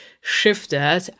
shifted